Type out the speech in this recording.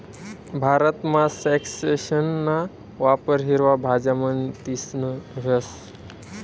भारतमा स्क्वैशना वापर हिरवा भाज्या म्हणीसन व्हस